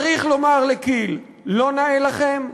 צריך לומר לכי"ל: לא נאה לכם?